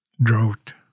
drought